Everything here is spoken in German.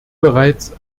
bereits